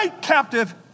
captive